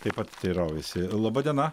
taip pat teiraujasi laba diena